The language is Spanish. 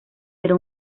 era